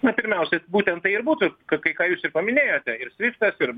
na pirmiausia būtent tai ir būtų kad tai ką jūs ir paminėjote ir sviftas ir